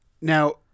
now